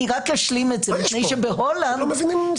בהולנד,